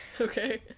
Okay